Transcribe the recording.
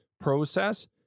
process